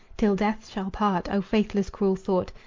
till death shall part! o faithless, cruel thought!